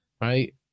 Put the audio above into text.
right